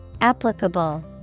Applicable